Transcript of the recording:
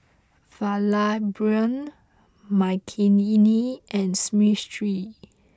Vallabhbhai Makineni and Smriti